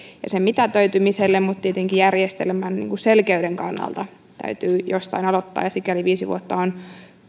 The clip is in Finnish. ja sen mitätöitymiselle mutta tietenkin järjestelmän selkeyden kannalta täytyy jostain aloittaa ja sikäli viisi vuotta on